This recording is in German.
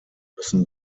müssen